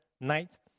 Night